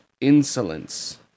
insolence